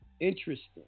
Interesting